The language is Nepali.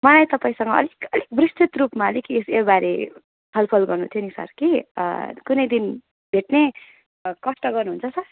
मलाई तपाईँसँग अलिक अलिक विस्तृत रूपमा अलिक योबारे छलफल गर्नु थियो नि सर कि कुनै दिन भेट्ने कष्ट गर्नुहुन्छ सर